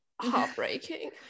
Heartbreaking